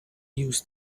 use